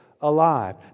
alive